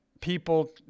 people